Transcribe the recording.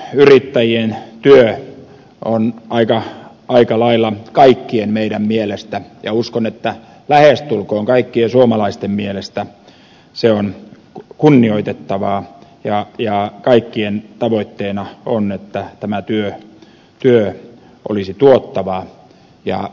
maatalousyrittäjien työ on aika lailla kaikkien meidän mielestä ja uskon että lähestulkoon kaikkien suomalaisten mielestä kunnioitettavaa ja kaikkien tavoitteena on että tämä työ olisi tuottavaa